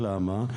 למה?